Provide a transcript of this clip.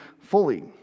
fully